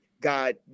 God